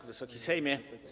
Wysoki Sejmie!